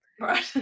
Right